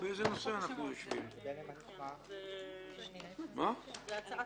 שנסיים היום, להכריע במחלוקות ולהעלות את הצעת